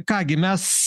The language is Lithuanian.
ką gi mes